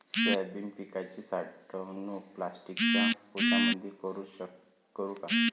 Soybean पिकाची साठवणूक प्लास्टिकच्या पोत्यामंदी करू का?